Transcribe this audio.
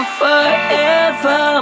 forever